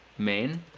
main.